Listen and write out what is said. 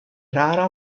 rara